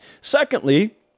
Secondly